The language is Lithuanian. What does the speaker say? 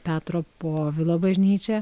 petro povilo bažnyčia